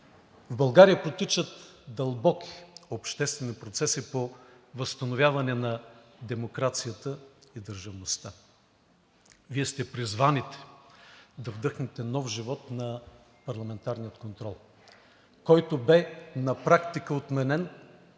В България протичат дълбоки обществени процеси по възстановяване на демокрацията и държавността. Вие сте призваните да вдъхнете нов живот на парламентарния контрол, който бе на практика отменен